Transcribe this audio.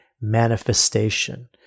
manifestation